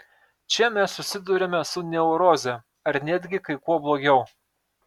čia mes susiduriame su neuroze ar netgi kai kuo blogiau